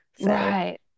Right